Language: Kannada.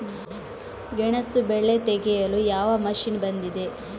ಗೆಣಸು ಬೆಳೆ ತೆಗೆಯಲು ಯಾವ ಮಷೀನ್ ಬಂದಿದೆ?